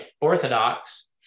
Orthodox